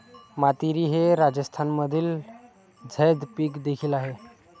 मातीरी हे राजस्थानमधील झैद पीक देखील आहे